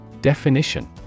Definition